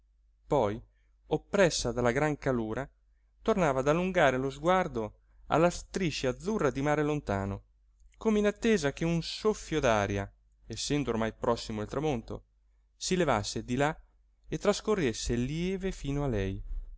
poi oppressa dalla gran calura tornava ad allungare lo sguardo alla striscia azzurra di mare lontano come in attesa che un soffio d'aria essendo ormai prossimo il tramonto si levasse di là e trascorresse lieve fino a lei